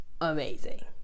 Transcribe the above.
amazing